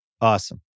Awesome